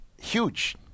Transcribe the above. Huge